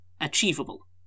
achievable